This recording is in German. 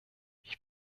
ich